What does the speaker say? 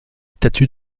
statue